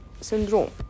syndrome